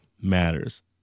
matters